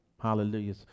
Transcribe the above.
Hallelujah